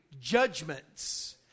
judgments